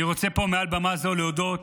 אני רוצה מעל במה זו להודות,